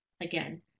again